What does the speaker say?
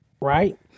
right